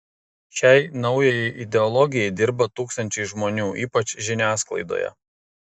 šiai naujajai ideologijai dirba tūkstančiai žmonių ypač žiniasklaidoje